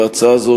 והצעה זו,